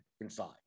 inside